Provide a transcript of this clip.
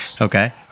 Okay